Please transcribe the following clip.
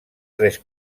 tres